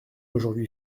aujourd’hui